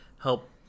help